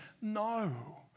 No